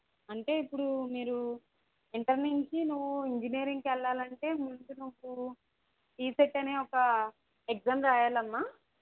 అంటే ఇప్పుడు మీరు ఇంటర్ నుంచి నువ్వు ఇంజనీరింగ్కి వెళ్ళాలి అంటే ముందు నువ్వు ఈసెట్ అనే ఒక ఎగ్జామ్ రాయాలి అమ్మా